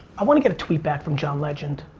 i wanna get a tweet back from john legend.